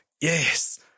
Yes